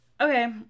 Okay